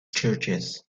churches